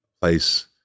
place